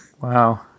Wow